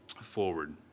forward